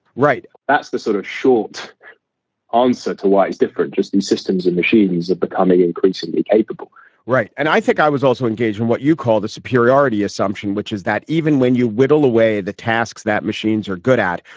right. that's the sort of short answer to why is different. just these systems and machines are becoming increasingly capable right. and i think i was also engaged in what you call the superiority assumption, which is that even when you whittle away the tasks that machines are good at,